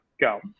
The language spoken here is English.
go